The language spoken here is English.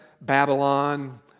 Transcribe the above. Babylon